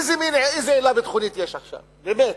איזה עילה ביטחונית יש עכשיו, באמת.